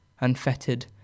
unfettered